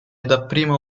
dapprima